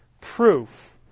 proof